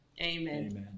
Amen